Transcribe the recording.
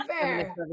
fair